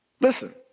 Listen